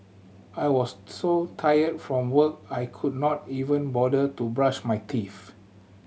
I was so tired from work I could not even bother to brush my teeth